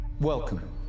Welcome